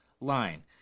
line